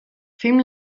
film